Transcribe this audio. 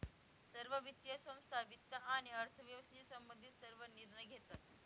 सर्व वित्तीय संस्था वित्त आणि अर्थव्यवस्थेशी संबंधित सर्व निर्णय घेतात